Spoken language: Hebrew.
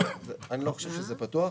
אני לא חושב שזה פתוח,